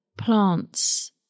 plants